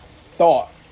thought